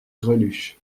greluche